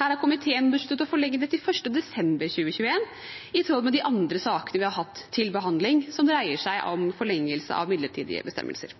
Her har komiteen besluttet å forlenge den til 1. desember 2021, i tråd med de andre sakene vi har hatt til behandling, som dreier seg om forlengelse av midlertidige bestemmelser.